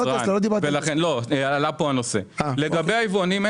לגבי היבואנים,